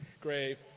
grave